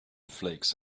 flakes